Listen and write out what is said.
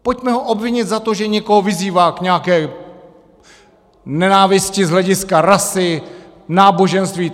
Pojďme ho obvinit za to, že někoho vyzývá k nějaké nenávisti z hlediska rasy, náboženství.